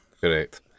correct